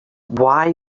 why